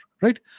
right